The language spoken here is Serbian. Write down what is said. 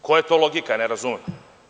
Koja je to logika, ne razumem?